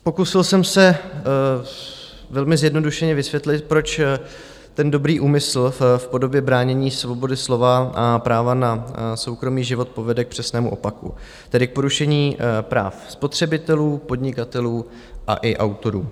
Pokusil jsem se velmi zjednodušeně vysvětlit, proč dobrý úmysl v podobě bránění svobody slova a práva na soukromý život povede k přesnému opaku, tedy k porušení práv spotřebitelů, podnikatelů a i autorů.